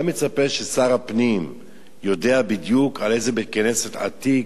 אתה מצפה ששר הפנים ידע בדיוק על איזה בית-כנסת עתיק,